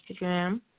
Instagram